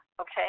okay